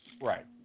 Right